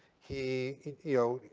he, you know,